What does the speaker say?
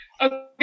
Okay